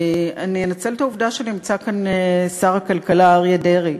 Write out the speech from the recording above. אני אנצל את העובדה שנמצא כאן שר הכלכלה אריה דרעי,